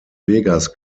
vegas